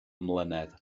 mlynedd